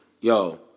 Yo